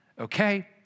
Okay